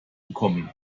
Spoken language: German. bekommen